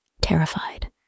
Terrified